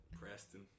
Preston